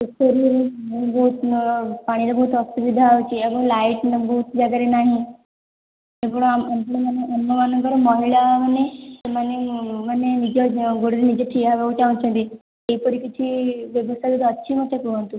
ଯେପରି ବହୁତ ପାଣିର ବହୁତ ଅସୁବିଧା ହେଉଛି ଏବଂ ଲାଇଟ୍ ବହୁତ ଜାଗାରେ ନାହିଁ ଅନ୍ୟ ଅନ୍ୟ ଅନ୍ୟମାନଙ୍କର ମହିଳା ମାନେ ସେମାନେ ମାନେ ନିଜ ଗୋଡ଼ରେ ନିଜେ ଠିଆ ହେବାକୁ ଚାଁହୁଛନ୍ତି ଏହିପରି କିଛି ବ୍ୟବସ୍ଥା ଯଦି ଅଛି ମୋତେ କୁହନ୍ତୁ